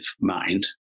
mind